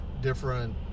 different